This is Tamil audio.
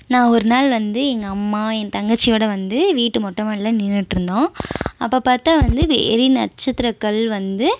நான் ஒரு நாள் வந்து எங்கள் அம்மா என் தங்கச்சியோட வந்து வீட்டு மொட்டை மாடில நின்னுகிட்ருந்தோம் அப்போ பார்த்தா வந்து எரி நச்சத்ர கல் வந்து